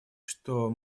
что